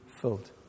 filled